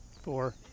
Four